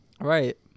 Right